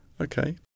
Okay